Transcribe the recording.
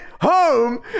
home